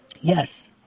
Yes